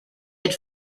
had